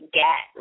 get